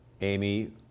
Amy